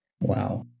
Wow